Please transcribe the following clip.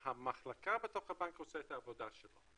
שהמחלקה בתוך הבנק עושה את העבודה שלה,